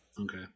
Okay